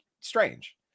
strange